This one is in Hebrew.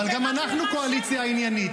אבל גם אנחנו קואליציה עניינית.